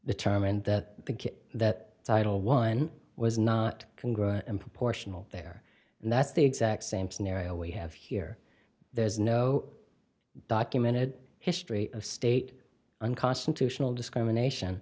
determined that that title one was not can grow and proportional there and that's the exact same scenario we have here there's no documented history of state unconstitutional discrimination